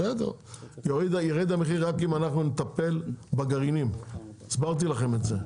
בסדר ירד המחיר רק אם אנחנו נטפל בגרעינים הסברתי לכם את זה.